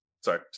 sorry